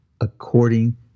according